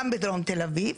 גם בדרום תל אביב,